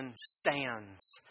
stands